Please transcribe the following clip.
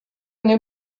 nie